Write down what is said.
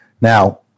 Now